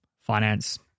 finance